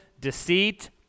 deceit